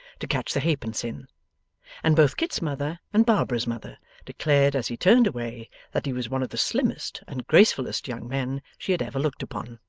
to catch the half-pence in and both kit's mother and barbara's mother declared as he turned away that he was one of the slimmest and gracefullest young men she had ever looked upon.